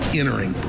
entering